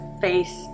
face